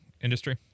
industry